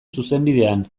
zuzenbidean